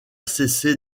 cessé